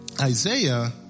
Isaiah